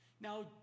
now